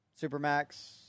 Supermax